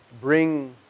bring